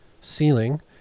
ceiling